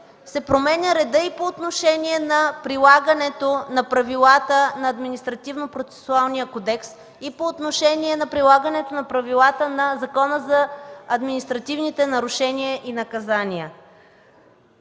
се променя редът и по отношение на прилагането на правилата на Административнопроцесуалния кодекс, и по отношение на прилагане на правилата на Закона за административните нарушения и наказания.